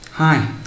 Hi